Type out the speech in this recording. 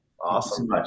Awesome